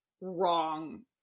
wrong